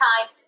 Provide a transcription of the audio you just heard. time